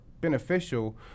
beneficial